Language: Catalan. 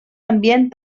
ambient